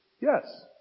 yes